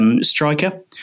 striker